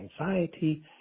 anxiety